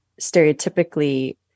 stereotypically